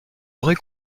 aurez